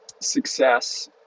success